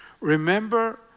remember